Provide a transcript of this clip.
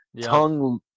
tongue